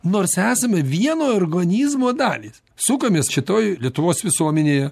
nors esame vieno organizmo dalys sukamės šitoj lietuvos visuomenėje